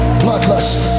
bloodlust